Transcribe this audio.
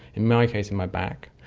in my case in my back.